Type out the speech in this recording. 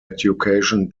education